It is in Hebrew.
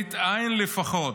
למראית עין לפחות,